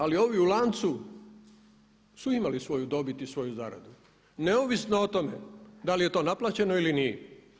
Ali ovi u lancu su imali svoju dobit i svoju zaradu neovisno o tome da li je to naplaćeno ili nije.